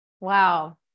Wow